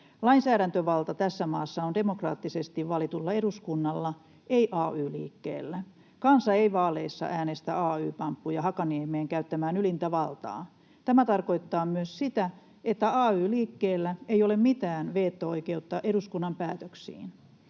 Lainsäädäntövalta tässä maassa on demokraattisesti valitulla eduskunnalla, ei ay-liikkeellä. Kansa ei vaaleissa äänestä ay-pamppuja Hakaniemeen käyttämään ylintä valtaa. Tämä tarkoittaa myös sitä, että ay-liikkeellä ei ole mitään veto-oikeutta eduskunnan päätöksiin.